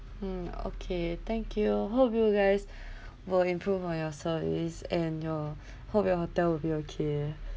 hmm okay thank you hope you guys will improve on your service and your hope your hotel will be okay